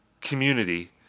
community